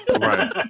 Right